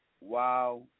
wow